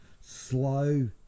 slow